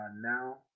now